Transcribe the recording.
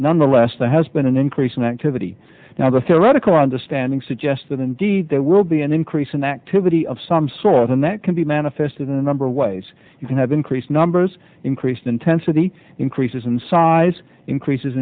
nonetheless there has been an increase in activity now the theoretical understanding suggests that indeed there will be an increase in activity of some sort and that can be manifested in a number of ways you can have increased numbers increased intensity increases in size increases